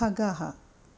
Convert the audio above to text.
खगः